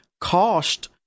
cost